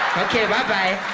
okay, bye bye.